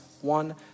one